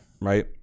right